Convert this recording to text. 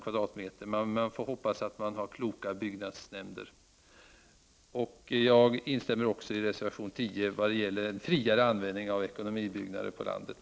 Jag hoppas att det finns kloka byggnadsnämnder här i landet. Jag instämmer också i kravet i reservation 10 om en friare användning av ekonomibyggnader på landet.